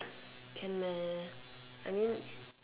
can meh I mean